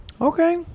Okay